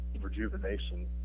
rejuvenation